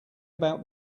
about